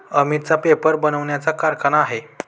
अमितचा पेपर बनवण्याचा कारखाना आहे